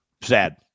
sad